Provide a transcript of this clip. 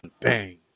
Bang